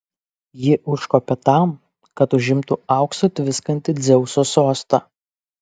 ji užkopė tam kad užimtų auksu tviskantį dzeuso sostą